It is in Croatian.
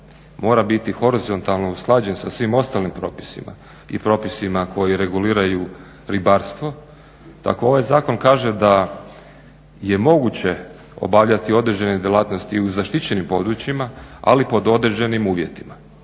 mora biti horizontalno usklađen sa svim ostalim propisima i propisima koji reguliraju ribarstvo, tako ovaj zakon kaže da je moguće obavljati određene djelatnosti i u zaštićenim područjima ali pod određenim uvjetima.